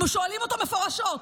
שואלים אותו מפורשות,